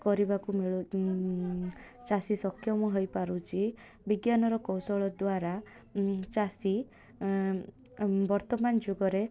କରିବାକୁ ମିଳୁ ଚାଷୀ ସକ୍ଷମ ହୋଇପାରୁଛି ବିଜ୍ଞାନର କୌଶଳ ଦ୍ୱାରା ଚାଷୀ ବର୍ତ୍ତମାନ ଯୁଗରେ